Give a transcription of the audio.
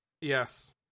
yes